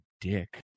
dick